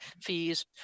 fees